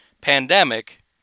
pandemic